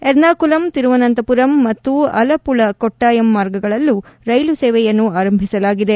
ಎರ್ನಾಕುಲಂ ತಿರುವನಂತಪುರಂ ಮತ್ತು ಅಲಮಳ ಕೊಟ್ಲಾಯಂ ಮಾರ್ಗಗಳಲ್ಲೂ ರೈಲು ಸೇವೆಯನ್ನು ಆರಂಭಿಸಲಾಗಿದೆ